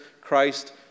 Christ